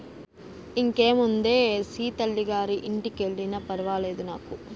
ఇంకేముందే సీతల్లి గారి ఇంటికెల్లినా ఫర్వాలేదు నాకు